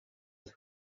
with